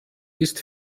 ist